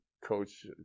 Coach